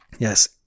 yes